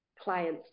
clients